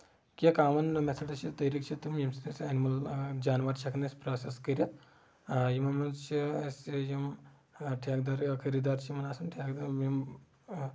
کیٚنٛہہ common methods چھِ طریٖقہٕ چھِ تِم ییٚمہِ سۭتۍ أسۍ ایٚنمٔل جانور چھِ ہٮ۪کان أسۍ پروسیٚس کٔرِتھ یِمن منٛز چھِ اَسہِ یِم ٹیٚکھدر یا خٔریٖدار چھِ یِمن آسان یِم